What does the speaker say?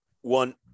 one